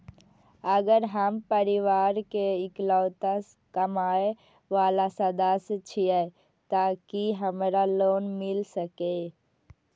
अगर हम परिवार के इकलौता कमाय वाला सदस्य छियै त की हमरा लोन मिल सकीए?